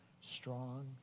strong